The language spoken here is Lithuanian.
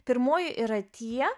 pirmoji yra tie